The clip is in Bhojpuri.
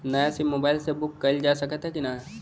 नया सिम मोबाइल से बुक कइलजा सकत ह कि ना?